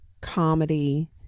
comedy